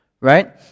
right